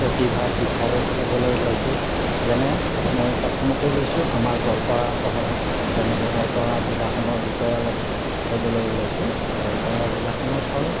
প্ৰতিভাৰ বিষয়ে ক'বলৈ ওলাইছোঁ যেনে মই প্ৰথমতেই লৈছোঁ আমাৰ গোৱালপাৰা চহৰত যেনেকে গোৱালপাৰা জিলাখনৰ বিষয়ে অলপ ক'বলৈ ওলাইছোঁ গোৱালপাৰা জিলাখনত হ'ল